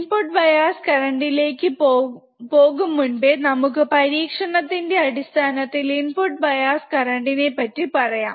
input bias കറന്റ്ലേ ക്ക്പോകും മുൻപേ നമുക്ക് പരീക്ഷണത്തിന്റെ അടിസ്ഥാനത്തിൽ ഇൻപുട് ബയാസ് കറന്റ്നെ പറ്റി പറയാം